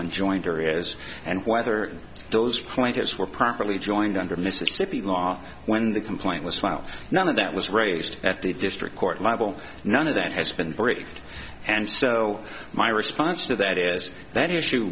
on jointer is and whether those pointers were properly joined under mississippi law when the complaint was filed none of that was raised at the district court level none of that has been briefed and so my response to that is that i